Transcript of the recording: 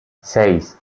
seis